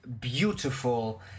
beautiful